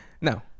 No